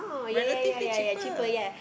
relatively cheaper